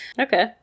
Okay